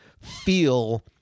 feel